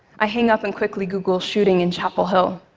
i hang up and quickly google, shooting in chapel hill.